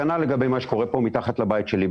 כנ"ל לגבי מה שקורה מתחת לבית שלי,